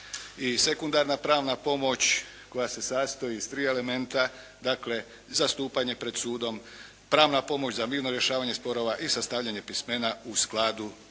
I sekundarna pravna pomoć koja se sastoji sa tri elementa, dakle, zastupanje pred sudom, pravna pomoć za mirno rješavanje sporova i sastavljanje pismena u skladu,